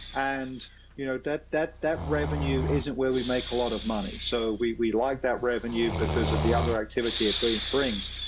and you know that that that revenue isn't where we make a lot of money so we we like that revenue because of the other activity it brings.